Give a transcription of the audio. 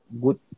good